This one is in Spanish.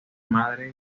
madre